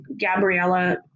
gabriella